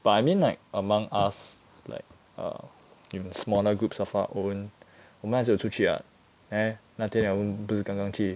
but I mean like among us like err smaller groups of our own 我们还是有出去 ah neh 那天我们不是刚刚去